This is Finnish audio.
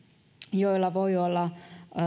joilla voi olla